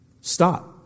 Stop